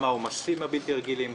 גם העומסים הבלתי-רגילים,